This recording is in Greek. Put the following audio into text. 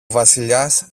βασιλιάς